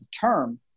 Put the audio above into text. term